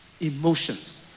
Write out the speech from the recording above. emotions